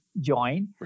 join